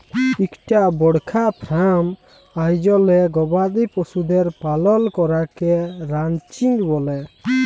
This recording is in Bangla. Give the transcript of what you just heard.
ইকটা বড়কা ফার্ম আয়জলে গবাদি পশুদের পালল ক্যরাকে রানচিং ব্যলে